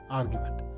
argument